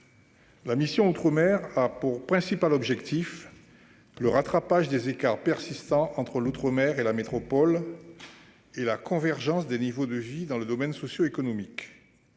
la mission « Outre-mer » a pour principal objectif le rattrapage des écarts persistants entre l'outre-mer et la métropole et la convergence des niveaux de vie dans le domaine socio-économique.